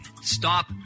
stop